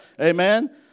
amen